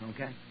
Okay